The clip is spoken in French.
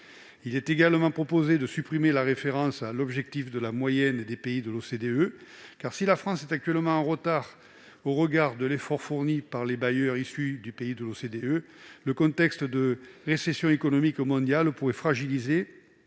Il est également proposé de supprimer la référence à l'objectif de la moyenne des pays de l'OCDE. Si la France est actuellement en retard au regard de l'effort fourni par les bailleurs issus de ces pays, le contexte de récession économique mondiale pourrait fragiliser